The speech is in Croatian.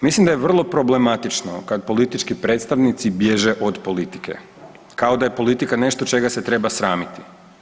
Mislim da je vrlo problematično kad politički predstavnici bježe od politike kao da je politika nešto čega se treba sramiti.